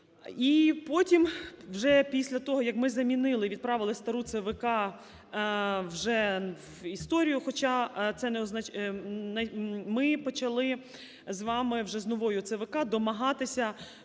І потім вже після того, як ми замінили, відправили стару ЦВК вже в історію, хоча це не… ми почали з вами вже з новою ЦВК домагатися,